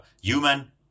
human